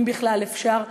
אם בכלל אפשר,